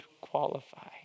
qualify